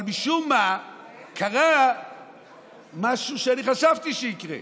אבל משום מה קרה משהו שאני חשבתי שיקרה,